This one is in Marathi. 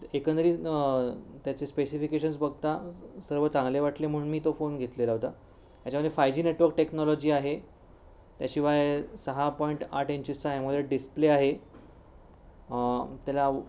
एकंदरीत त्याचे स्पेसिफिकेशन्स बघता सर्व चांगले वाटले म्हणून मी तो फोन घेतलेला होता त्याच्यामध्ये फाय जी नेटवर्क टेक्नॉलॉजी आहे त्याशिवाय सहा पॉइंट आठ इंचेसचा अमोलेड डिस्प्ले आहे त्याला